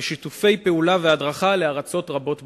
לשיתופי פעולה ולהדרכה של ארצות רבות בעולם.